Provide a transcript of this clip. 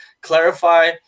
clarify